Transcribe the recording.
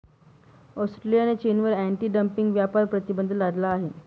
ऑस्ट्रेलियाने चीनवर anti dumping व्यापार प्रतिबंध लादला आहे